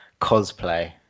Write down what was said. cosplay